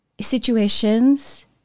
situations